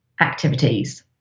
activities